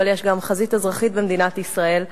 אבל יש גם חזית אזרחית במדינת ישראל.